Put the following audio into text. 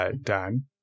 Dan